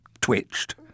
twitched